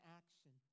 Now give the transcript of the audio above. action